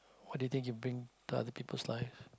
what do you think you bring to other people's life